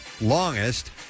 longest